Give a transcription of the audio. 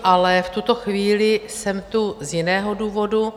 Ale v tuto chvíli jsem tu z jiného důvodu.